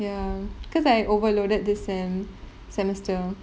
ya because I overloaded this sem~ semester